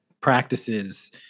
practices